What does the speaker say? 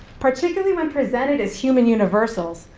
particularly when presented as human universals,